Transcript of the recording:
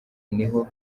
niho